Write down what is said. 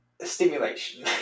stimulation